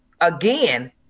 again